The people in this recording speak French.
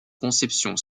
conception